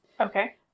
Okay